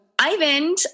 Ivan